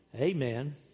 Amen